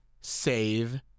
save